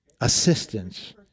assistance